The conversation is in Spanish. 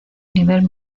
nivel